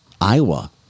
Iowa